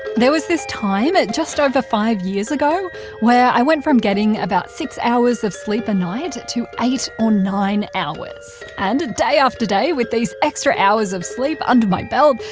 there was this time and just over five years ago where i went from getting about six hours of sleep a night to eight or nine hours. and a day after day with these extra hours of sleep under my belt,